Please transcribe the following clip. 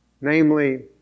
Namely